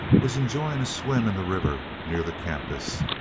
was enjoying a swim in the river, near the campus.